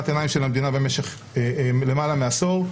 עיניים של המדינה במשך למעלה מעשור,